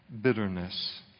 bitterness